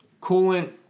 coolant